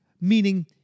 Meaning